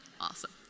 Awesome